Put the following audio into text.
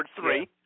three